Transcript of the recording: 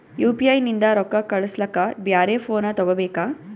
UPI ನಿಂದ ರೊಕ್ಕ ಕಳಸ್ಲಕ ಬ್ಯಾರೆ ಫೋನ ತೋಗೊಬೇಕ?